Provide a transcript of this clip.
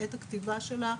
בעת הכתיבה שלה,